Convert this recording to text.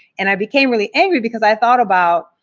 and i became really angry because i thought about